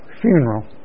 funeral